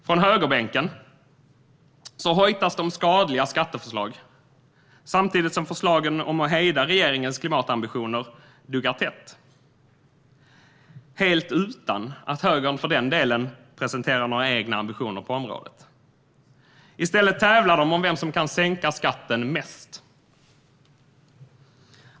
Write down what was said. Från högerbänken hojtas det om skadliga skatteförslag samtidigt som förslagen om att hejda regeringens klimatambitioner duggar tätt, helt utan att högern, för den delen, presenterar några egna ambitioner på området. I stället tävlar de om vem som kan sänka skatten mest.